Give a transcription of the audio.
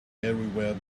everywhere